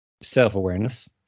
Self-awareness